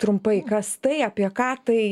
trumpai kas tai apie ką tai